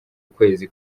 ukwezi